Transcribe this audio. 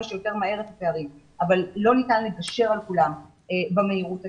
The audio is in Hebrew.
שיותר מהר את הפערים אבל לא ניתן לגשר על כולם במהירות הנדרשת.